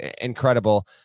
incredible